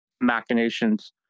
machinations